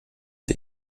der